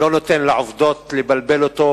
לא נותן לעובדות לבלבל אותו,